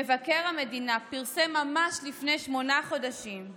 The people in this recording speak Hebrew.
מבקר המדינה פרסם ממש לפני שמונה חודשים,